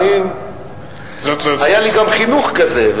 שהם בלתי חוקיים,